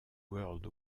world